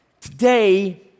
Today